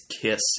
kiss